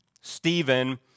Stephen